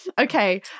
Okay